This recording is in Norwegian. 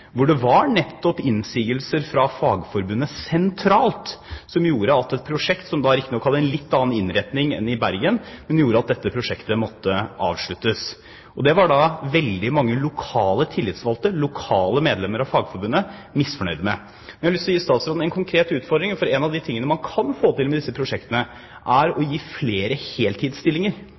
innsigelser fra Fagforbundet sentralt som gjorde at prosjektet, som riktignok hadde en litt annen innretning enn det i Bergen, måtte avsluttes. Det var veldig mange lokale tillitsvalgte, lokale medlemmer av Fagforbundet, misfornøyd med. Jeg har lyst til å gi statsråden en konkret utfordring: Noe av det man kan få til med disse prosjektene, er flere heltidsstillinger. Flere kan gå fra uønsket deltid til heltidsstillinger. Vil statsråden se på om dette kan brukes mer aktivt flere steder for å gi flere